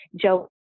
Joe